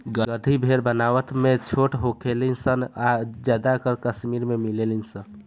गद्दी भेड़ बनावट में छोट होखे ली सन आ ज्यादातर कश्मीर में मिलेली सन